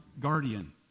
guardian